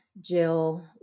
Jill